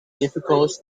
difficult